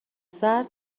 سرد